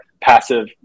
passive